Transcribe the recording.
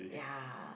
ya